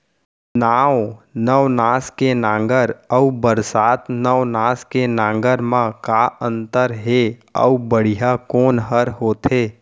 नौ नवनास के नांगर अऊ बरसात नवनास के नांगर मा का अन्तर हे अऊ बढ़िया कोन हर होथे?